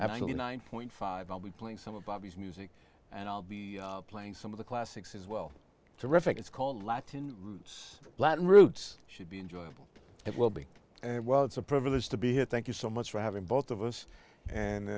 six point five i'll be playing some of bobby's music and i'll be playing some of the classics as well terrific it's called latin roots latin roots should be enjoyable it will be and while it's a privilege to be here thank you so much for having both of us and